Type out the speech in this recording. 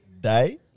die